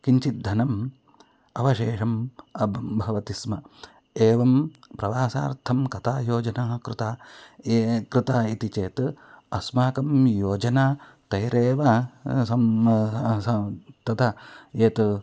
किञ्चित् धनम् अवशेषम् अब् भवति स्म एवं प्रवासार्थं का योजना कृता कृता इति चेत् अस्माकं योजना तैरेव सं सं तथा यत्